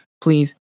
please